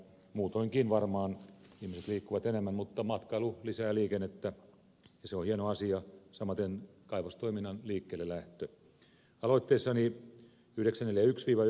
muutoinkin varmaan ihmiset liikkuvat enemmän mutta matkailu lisää liikennettä ja se on hieno asia samaten kaivostoiminnan liikkeellelähtö